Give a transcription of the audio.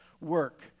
work